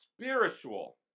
Spiritual